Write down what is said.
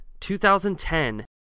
2010